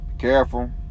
careful